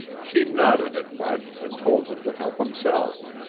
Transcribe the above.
she nodded at bud and told him to help himself.